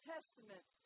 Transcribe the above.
Testament